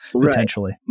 potentially